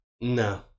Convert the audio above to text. no